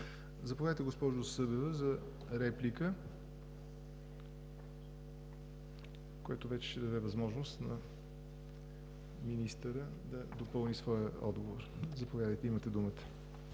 Заповядайте, госпожо Събева, за реплика, което ще даде възможност на министъра да допълни своя отговор. Заповядайте, имате думата.